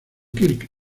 kirk